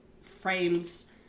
frames